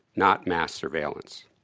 not mass surveillance.